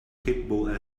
capable